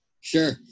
Sure